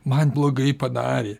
man blogai padarė